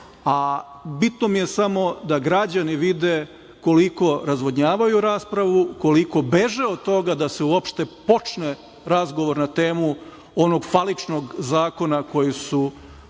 a bitno mi je samo da građani vide koliko razvodnjavaju raspravu, koliko beže od toga da se uopšte počne razgovor na temu onog faličnog zakona koji su